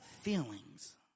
feelings